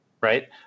right